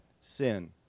sin